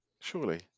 Surely